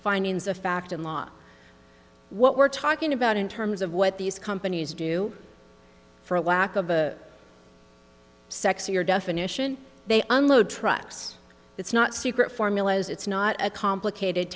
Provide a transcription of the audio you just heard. findings of fact in law what we're talking about in terms of what these companies do for a lack of a sexier definition they on load trucks it's not secret formulas it's not a complicated